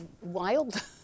wild